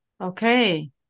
Okay